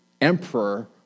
emperor